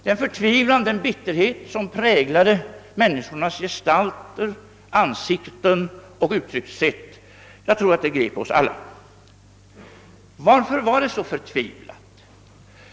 Den förtvivlan och bitterhet som präglade människornas gestalter och ansikten grep nog oss alla. Varför var läget så förtvivlat?